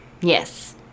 Yes